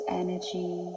energy